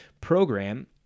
program